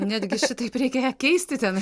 netgi šitaip reikia ją keisti ten